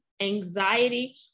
anxiety